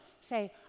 Say